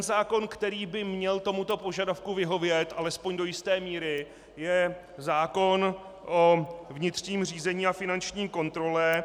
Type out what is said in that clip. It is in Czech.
Zákon, který by měl tomuto požadavku vyhovět alespoň do jisté míry, je zákon o vnitřním řízení a finanční kontrole.